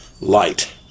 light